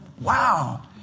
Wow